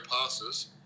passes